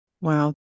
Wow